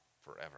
forever